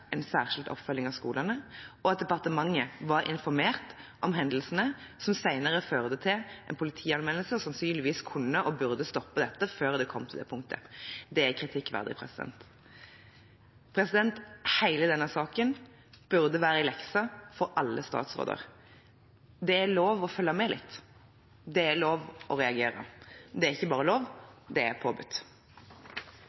en særskilt oppfølging av skolene, og at departementet var informert om hendelsene som senere førte til en politianmeldelse, og sannsynligvis kunne og burde stoppet dette før det kom til det punktet. Det er kritikkverdig. Hele denne saken burde være en lekse for alle statsråder. Det er lov å følge med litt. Det er lov å reagere. Og det er ikke bare lov,